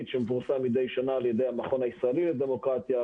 שמפורסם מדי שנה על ידי המכון הישראלי לדמוקרטיה,